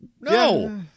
no